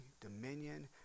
dominion